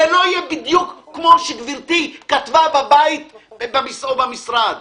זה לא יהיה בדיוק כמו שגברתי כתבה בבית או במשרד.